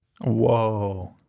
Whoa